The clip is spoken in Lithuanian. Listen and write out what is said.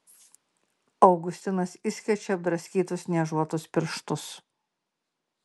augustinas išskečia apdraskytus niežuotus pirštus